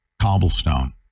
cobblestone